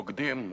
בוגדים.